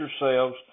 yourselves